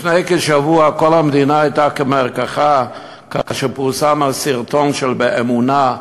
לפני כשבוע כל המדינה הייתה כמרקחה כאשר פורסם על סרטון של "באמונה",